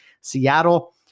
Seattle